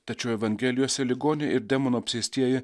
tačiau evangelijose ligoniai ir demonų apsėstieji